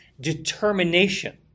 determination